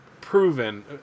proven